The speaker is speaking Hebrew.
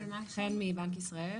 מבנק ישראל,